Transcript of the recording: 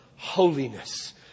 Holiness